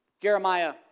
Jeremiah